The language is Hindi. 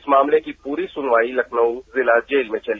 इस मामले की प्ररी सुनवाई लखनऊ जिला जेल में चली